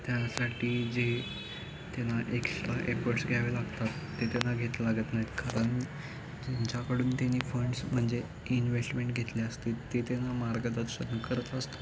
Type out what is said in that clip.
त्यासाठी जे त्यांना एक्स्ट्रा एफर्ट्स घ्यावे लागतात ते त्यांना घेत लागत नाहीत कारण ज्यांच्याकडून त्यांनी फंड्स म्हणजे इन्ववेस्टमेंट घेतले असते ते त्यांना मार्गदर्शन करत असतात